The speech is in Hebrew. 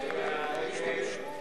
שיצביע ומצביע היום,